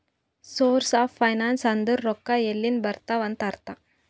source of finance ಅಂದುರ್ ರೊಕ್ಕಾ ಎಲ್ಲಿಂದ್ ಬರ್ತಾವ್ ಅಂತ್ ಅರ್ಥ